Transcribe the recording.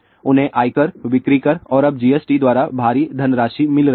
उन्हें आयकर बिक्री कर और अब GST द्वारा भारी धनराशि मिल रही है